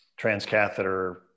transcatheter